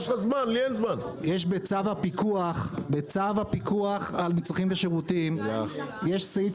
בצו הפיקוח על מצרכים ושירותים יש סעיף